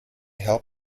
help